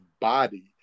body